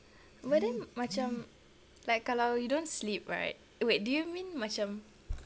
but then macam like kalau you don't sleep right wait do you mean macam